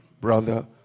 brother